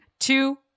Two